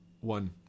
One